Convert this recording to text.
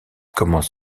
commence